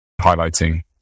highlighting